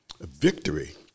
victory